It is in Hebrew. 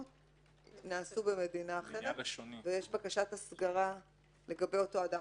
נעשו במדינה אחרת ויש בקשת הסגרה לגבי אותו אדם.